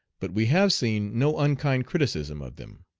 but we have seen no unkind criticism of them.